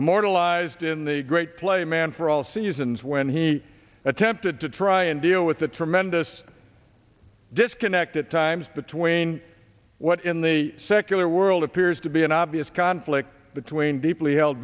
immortalized in the great play man for all seasons when he attempted to try and deal with the tremendous disconnect at times between what in the secular world appears to be an obvious conflict between deeply held